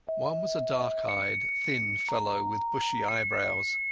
one was a dark-eyed thin fellow with bushy eyebrows,